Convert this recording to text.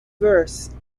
verse